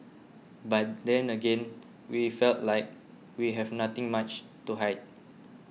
but then again we felt like we have nothing much to hide